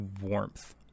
warmth